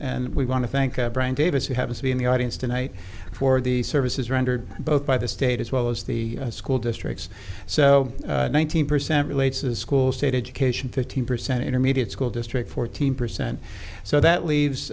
and we want to thank brian davis who happens to be in the audience tonight for the services rendered both by the state as well as the school districts so one thousand percent relates to schools state education fifteen percent intermediate school district fourteen percent so that leaves